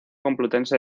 complutense